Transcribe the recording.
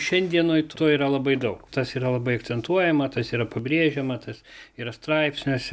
šiandienoj to yra labai daug tas yra labai akcentuojama tas yra pabrėžiama tas yra straipsniuose